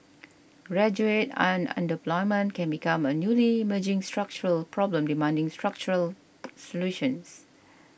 graduate on underemployment can become a newly emerging structural problem demanding structural solutions